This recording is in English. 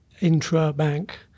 intra-bank